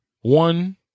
One